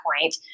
point